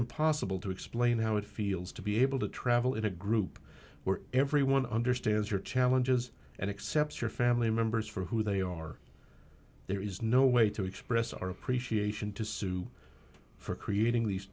impossible to explain how it feels to be able to travel in a group where everyone understands your challenges and accept your family members for who they are there is no way to express our appreciation to sue for creating these